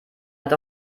hat